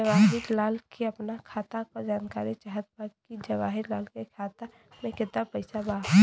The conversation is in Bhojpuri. जवाहिर लाल के अपना खाता का जानकारी चाहत बा की जवाहिर लाल के खाता में कितना पैसा बा?